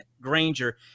Granger